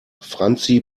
franzi